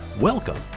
Welcome